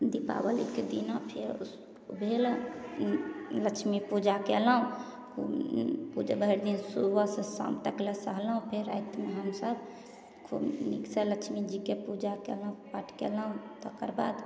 दीपावलीके दिना फेर भेल लक्ष्मी पूजा कएलहुँ भरिदिन सुबहसँ शाम तक ले सहलहुँ फेर रातिमे हमसभ खूब नीकसँ लक्ष्मीजीके पूजा कएलहुँ पाठ कएलहुँ तकर बाद